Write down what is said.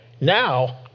now